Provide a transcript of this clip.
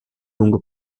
lungo